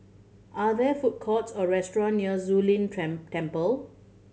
are there food courts or restaurant near Zu Lin Temple